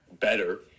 better